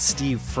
Steve